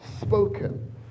Spoken